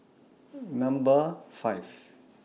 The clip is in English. Number five